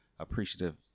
appreciative